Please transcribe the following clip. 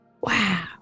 Wow